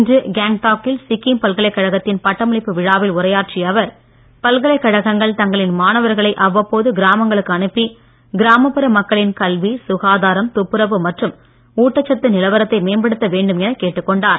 இன்று கேங்டாக்கில் சிக்கிம் பல்கலைக்கழகத்தின் பட்டமளிப்பு விழாவில் உரையாற்றிய அவர் பல்கலைக்கழகங்கள் தங்களின் மாணவர்களை அவ்வப்போது கிராமங்களுக்கு அனுப்பி கிராமப்புற மக்களின் கல்வி சுகாதாரம் துப்புரவு மற்றும் ஊட்டச்சத்து நிலவரத்தை மேம்படுத்த வேண்டும் என கேட்டுக் கொண்டார்